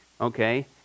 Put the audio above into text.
okay